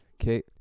Okay